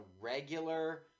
regular